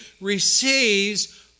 receives